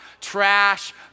trash